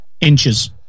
inches